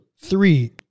three